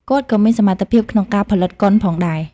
គាត់ក៏មានសមត្ថភាពក្នុងការផលិតកុនផងដែរ។